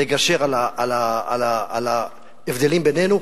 לגשר על ההבדלים בינינו.